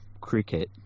cricket